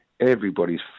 everybody's